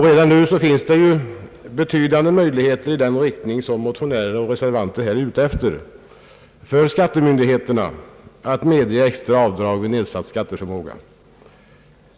Vad beträffar åtgärder i den riktning som motionärer och reservanter önskar finns det redan nu betydande möjligheter för skattemyndigheterna att medge extra avdrag vid nedsatt skatteförmåga.